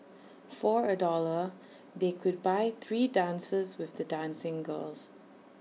for A dollar they could buy three dances with the dancing girls